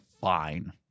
fine